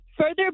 further